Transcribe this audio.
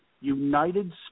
United